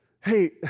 Hey